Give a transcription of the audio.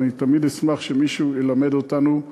ואני תמיד אשמח שמישהו ילמד אותנו,